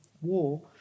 War